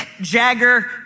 Jagger